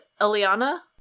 Eliana